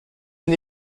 une